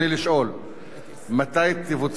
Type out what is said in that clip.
1. מתי תבוצע התוכנית?